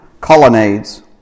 colonnades